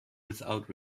without